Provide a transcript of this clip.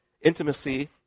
intimacy